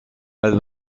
elle